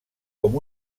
com